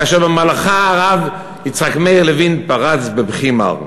כאשר במהלכה הרב יצחק מאיר לוין פרץ בבכי מר.